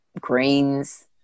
greens